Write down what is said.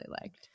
liked